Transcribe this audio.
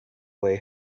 way